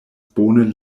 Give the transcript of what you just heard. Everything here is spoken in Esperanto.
bone